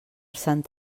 sant